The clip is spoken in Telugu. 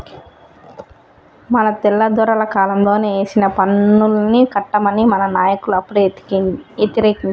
మన తెల్లదొరల కాలంలోనే ఏసిన పన్నుల్ని కట్టమని మన నాయకులు అప్పుడే యతిరేకించారు